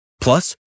Plus